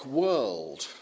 world